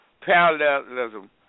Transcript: parallelism